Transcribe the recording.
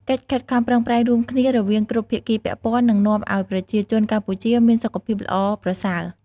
កិច្ចខិតខំប្រឹងប្រែងរួមគ្នារវាងគ្រប់ភាគីពាក់ព័ន្ធនឹងនាំឱ្យប្រជាជនកម្ពុជាមានសុខភាពល្អប្រសើរ។